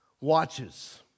watches